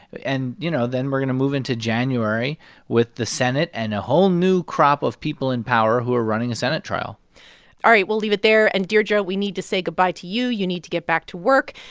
and, you know, then we're going to move into january with the senate and a whole new crop of people in power who are running a senate trial all right. we'll leave it there. and, deirdre, we need to say goodbye to you. you need to get back to work.